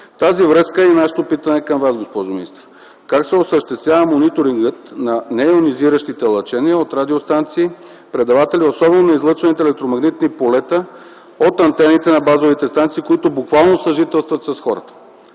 тази връзка е и нашето питане към Вас, госпожо министър. Как се осъществява мониторингът на нейонизиращите лъчения от радиостанции, предаватели, особено на излъчваните електромагнитни полета от антените на базовите станции, които буквално съжителстват с хората?